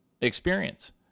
experience